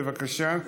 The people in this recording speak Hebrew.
בבקשה.